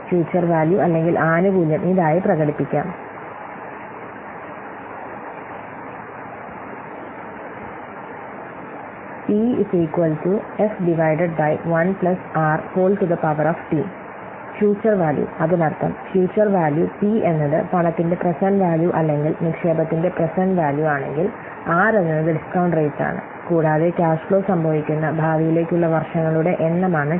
future value അല്ലെങ്കിൽ ആനുകൂല്യം ഇതായി പ്രകടിപ്പിക്കാം F P1rt F എന്നത് ഫ്യുച്ചർ വാല്യൂ P എന്നത് പണത്തിന്റെ പ്രേസേന്റ്റ് വാല്യൂ അല്ലെങ്കിൽ നിക്ഷേപത്തിന്റെ പ്രേസേന്റ്റ് വാല്യൂ ആണെങ്കിൽ r എന്നത് ഡിസ്കൌണ്ട് റേറ്റ് ആണ് കൂടാതെ ക്യാഷ് ഫ്ലോ സംഭവിക്കുന്ന ഭാവിയിലേക്കുള്ള വർഷങ്ങളുടെ എണ്ണമാണ് t